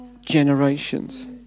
generations